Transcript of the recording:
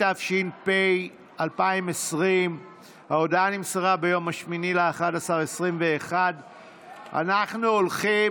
התש"ף 2020. ההודעה נמסרה ביום 8 בנובמבר 2021. אנחנו הולכים